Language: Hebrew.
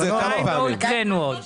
לא הקראנו עוד.